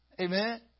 Amen